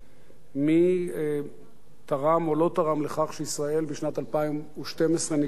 מי תרם או לא תרם לכך שישראל בשנת 2012 נקלעה למחסור